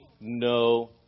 no